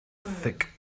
thick